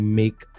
make